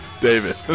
David